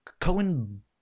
Cohen